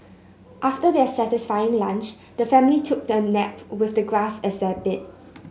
after their satisfying lunch the family took a nap with the grass as their bed